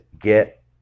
get